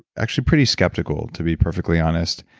actually pretty skeptical to be perfectly honest.